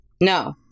no